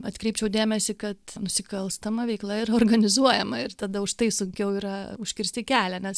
atkreipčiau dėmesį kad nusikalstama veikla yra organizuojama ir tada už tai sunkiau yra užkirsti kelią nes